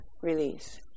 release